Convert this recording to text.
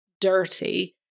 dirty